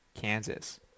Kansas